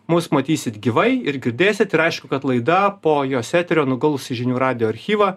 mus matysit gyvai ir girdėsit ir aišku kad laida po jos eterio nuguls į žinių radijo archyvą